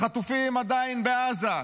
החטופים עדיין בעזה,